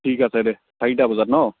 ঠিক আছে দে চাৰিটা বজাত ন